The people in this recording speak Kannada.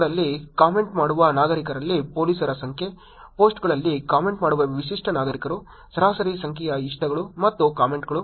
ಪೋಸ್ಟ್ಗಳಲ್ಲಿ ಕಾಮೆಂಟ್ ಮಾಡುವ ನಾಗರಿಕರಲ್ಲಿ ಪೊಲೀಸರ ಸಂಖ್ಯೆ ಪೋಸ್ಟ್ಗಳಲ್ಲಿ ಕಾಮೆಂಟ್ ಮಾಡುವ ವಿಶಿಷ್ಟ ನಾಗರಿಕರು ಸರಾಸರಿ ಸಂಖ್ಯೆಯ ಇಷ್ಟಗಳು ಮತ್ತು ಕಾಮೆಂಟ್ಗಳು